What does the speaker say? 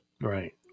Right